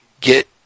get